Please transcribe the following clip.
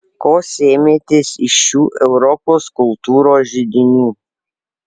ko sėmėtės iš šių europos kultūros židinių